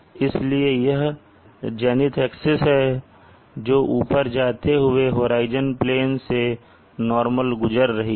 इसलिए यह zenith axis है जो ऊपर जाते हुए होराइजन प्लेन से नॉर्मल गुजर रही है